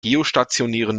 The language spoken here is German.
geostationären